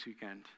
weekend